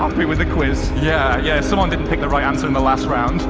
yeah yeah someone didn't pick the right answer in the last round.